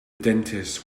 dentist